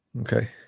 Okay